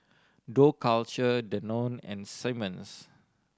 Dough Culture Danone and Simmons